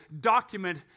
document